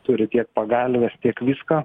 turi tiek pagalves tiek viską